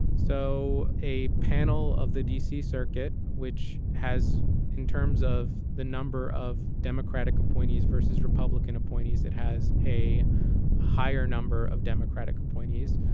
so a panel of the d c. circuit, which has in terms of the number of democratic appointees versus republican appointees, it has a higher number of democratic appointees,